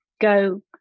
go